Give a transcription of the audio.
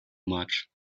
much